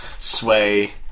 sway